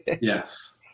Yes